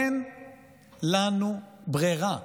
אין לנו ברירה.